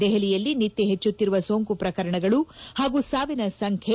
ದೆಹಲಿಯಲ್ಲಿ ನಿತ್ತ ಹೆಚ್ಚುತ್ತಿರುವ ಸೋಂಕು ಪ್ರಕರಣಗಳು ಹಾಗೂ ಸಾವಿನ ಸಂಖ್ಯೆ